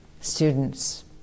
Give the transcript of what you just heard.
students